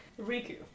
Riku